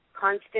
constant